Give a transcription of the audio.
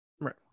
Right